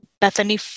Bethany